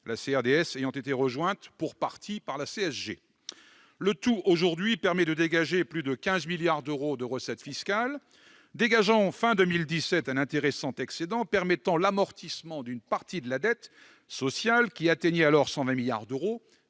la CRDS ayant été rejointe pour partie par la CSG. Le tout, aujourd'hui, permet de totaliser plus de 15 milliards d'euros de recettes fiscales. Fin 2017, ces dernières ont dégagé un intéressant excédent permettant l'amortissement d'une partie de la dette sociale, qui atteignait alors 120 milliards d'euros